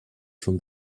from